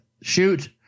shoot